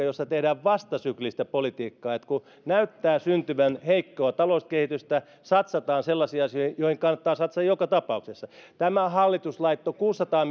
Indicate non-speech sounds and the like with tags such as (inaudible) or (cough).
(unintelligible) jossa tehdään vastasyklistä politiikkaa että kun näyttää syntyvän heikkoa talouskehitystä satsataan sellaisiin asioihin joihin kannattaa satsata joka tapauksessa tämä hallitus laittoi kuusisataa (unintelligible)